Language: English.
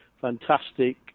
fantastic